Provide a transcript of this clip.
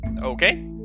okay